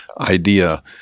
idea